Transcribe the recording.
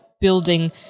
building